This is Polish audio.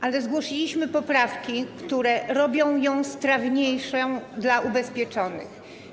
Ale zgłosiliśmy poprawki, które robią ją strawniejszą dla ubezpieczonych.